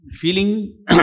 feeling